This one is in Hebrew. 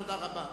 תודה רבה.